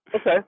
Okay